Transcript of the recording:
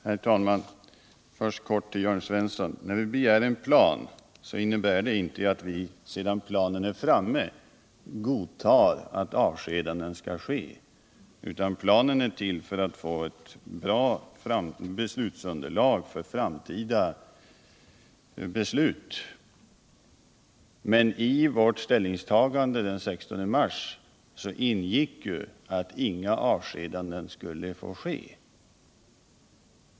Herr talman! Först vill jag kort säga till Jörn Svensson att när vi begär en plan, innebär det inte att vi, sedan planen är klar, godtar att avskedanden skall ske. Planen är till för att man skall få ett bra underlag för framtida beslut. I vårt ställningstagande den 16 mars ingick ju att inga avskedanden skulle få ske.